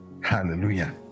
hallelujah